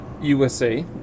USA